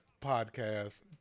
podcast